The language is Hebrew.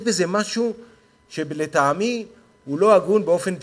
יש בזה משהו שלטעמי הוא לא הגון באופן בסיסי,